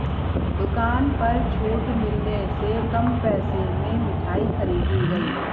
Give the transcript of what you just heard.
दुकान पर छूट मिलने से कम पैसे में मिठाई खरीदी गई